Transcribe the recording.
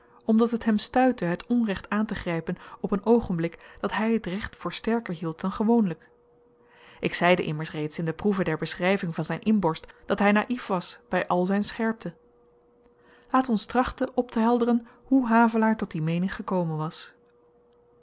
omdat het hem stuitte het onrecht aantegrypen op een oogenblik dat hy t recht voor sterker hield dan gewoonlyk ik zeide immers reeds in de proeve der beschryving van zyn inborst dat hy naïf was by al zyn scherpte laat ons trachten optehelderen hoe havelaar tot die meening gekomen was